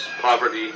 poverty